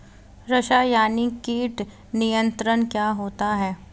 रसायनिक कीट नियंत्रण क्या होता है?